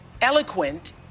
eloquent